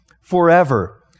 forever